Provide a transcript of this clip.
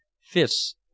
fists